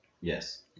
Yes